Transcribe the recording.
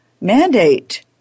mandate